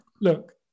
look